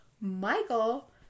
Michael